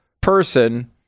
person